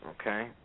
Okay